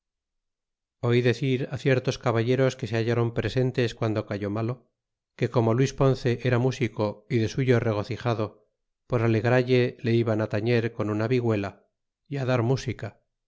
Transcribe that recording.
oí decir ciertos caballeros que se hailáron presentes guando cayó malo que como luis ponce era músico y de suyo regocijado por alegralle le iban á tañer con una viguela y á dar música